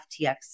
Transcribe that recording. FTX